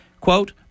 Quote